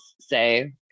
say